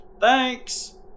Thanks